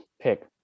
pick